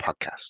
Podcast